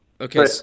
Okay